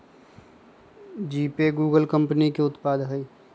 GPay Google company के उत्पाद हइ